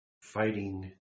fighting